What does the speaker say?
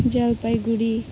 Jalpaiguri